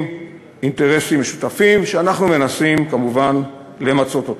אינטרסים משותפים שאנחנו מנסים כמובן למצות אותם.